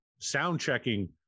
sound-checking